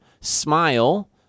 smile